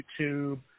YouTube